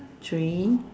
three